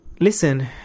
Listen